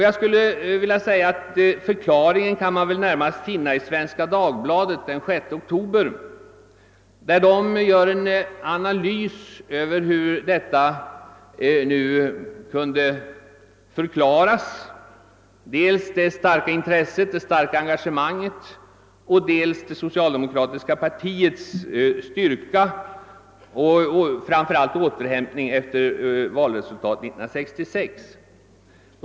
Man kan väl finna förklaringen i Svenska Dagbladet av den 6 oktober där det görs en analys av dels det starka intresset och engagemanget, dels det socialdemokratiska partiets styrka och framför allt återhämtningen efter valet 1966.